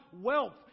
wealth